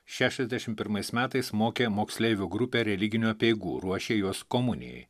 šešiasdešim pirmais metais mokė moksleivių grupę religinių apeigų ruošė juos komunijai